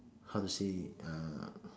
how to say uh